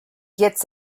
gets